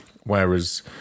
Whereas